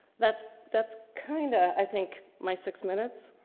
that's, that's kind of i think my six minutes